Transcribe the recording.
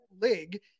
league